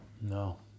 No